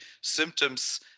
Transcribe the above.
symptoms